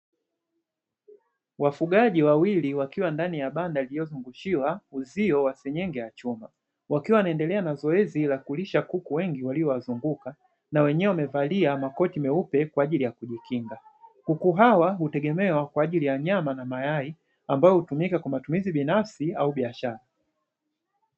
Wafugaji wawili wakiwa ndani ya banda liliozungushiwa uzio wa senyenge ya chuma, wakiwa wanaendelea na zoezi la kulisha kuku wengi waliowazunguka na wenyewe wamevalia makoti meupe kwa ajili ya kujikinga. Kuku hawa hutegemewa kwa ajili ya nyama na mayai; ambayo hutumika kwa matumizi binafsi au biashara.